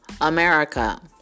America